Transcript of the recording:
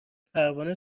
پروانه